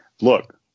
Look